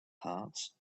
parts